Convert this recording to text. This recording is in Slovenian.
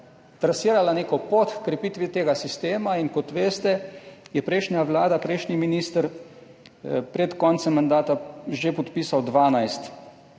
trasirala neko pot h krepitvi tega sistema in kot veste, je prejšnja Vlada, prejšnji minister, pred koncem mandata že podpisal 12,